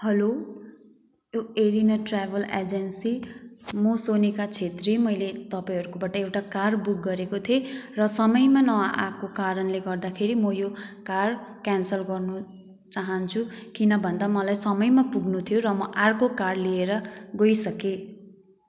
hello यो एरिनेट travel agency म सोनिका छेत्री मैले तपाईँहरूकोबाट एउटा कार बुक गरेको थिएँ र समयमा नआएको कारणले गर्दाखेरि म यो कार क्यान्सल गर्नु चाहन्छु किन भन्दा मलाई समयमा पुग्नु थियो र म अर्को कार लिएर गइसकेँ